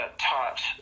taught